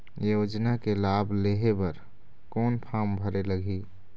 योजना के लाभ लेहे बर कोन फार्म भरे लगही?